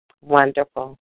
Wonderful